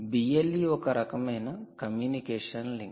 BLE ఒక రకమైన communication link